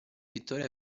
pittore